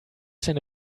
seine